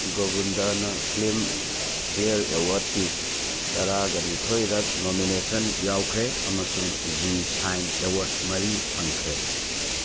ꯒꯣꯕꯨꯟꯗꯅ Filmfare ꯑꯦꯋꯥꯔꯗꯀꯤ ꯇꯔꯥꯒ ꯅꯤꯊꯣꯛꯔꯛ ꯅꯣꯃꯤꯅꯦꯁꯟ ꯌꯥꯎꯈ꯭ꯔꯦ ꯑꯃꯁꯨꯡ ꯖꯤ ꯁꯥꯏꯟ ꯑꯦꯋꯥꯔꯗ ꯃꯔꯤ ꯐꯪꯈ꯭ꯔꯦ